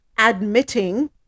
Admitting